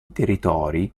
territori